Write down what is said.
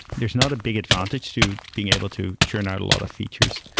there's not a big advantage to being able to turn out a lot of features.